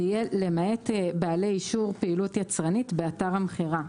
זה יהיה למעט בעלי אישור פעילות יצרנית באתר המכירה,